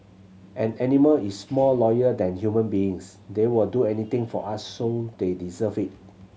an animal is more loyal than human beings they will do anything for us so they deserve it